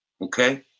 Okay